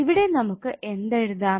ഇവിടെ നമുക്ക് എന്ത് എഴുതാം